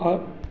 Perth